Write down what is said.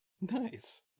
Nice